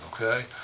Okay